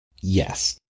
Yes